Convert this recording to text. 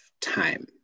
time